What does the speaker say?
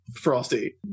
Frosty